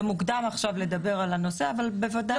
זה מוקדם עכשיו לדבר על הנושא אבל בוודאי שזה שיקול,